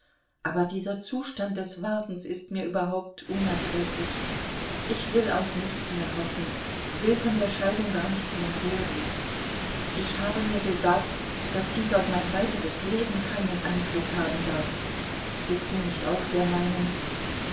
aber dieser zustand des wartens ist mir überhaupt unerträglich ich will auf nichts mehr hoffen will von der scheidung gar nichts mehr hören ich habe mir gesagt daß dies auf mein weiteres leben keinen einfluß haben darf bist du nicht auch der meinung